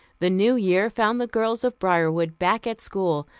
the new year found the girls of briarwood back at school,